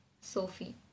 Sophie